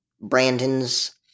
Brandon's